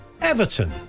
Everton